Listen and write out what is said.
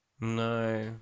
no